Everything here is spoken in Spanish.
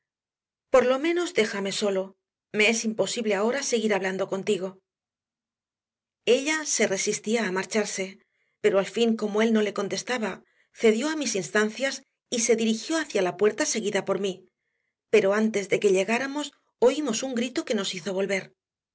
por lo menos déjame solo me es imposible ahora seguir hablando contigo ella se resistía a marcharse pero al fin como él no le contestaba cedió a mis instancias y se dirigió hacia la puerta seguida por mí pero antes de que llegáramos oímos un grito que nos hizo volver